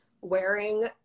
wearing